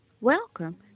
Welcome